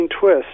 twist